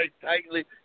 tightly